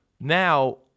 now